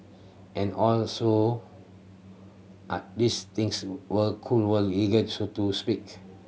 and all so are these things were cool were illegal so to speak